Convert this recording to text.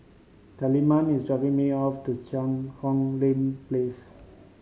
Tilman is dropping me off to Cheang Hong Lim Place